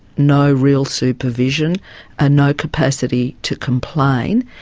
no real supervision and no capacity to complain,